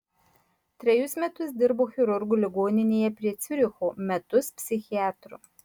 trejus metus dirbo chirurgu ligoninėje prie ciuricho metus psichiatru